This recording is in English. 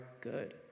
good